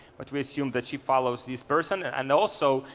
but we assume that she follows this person. and also,